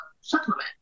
supplement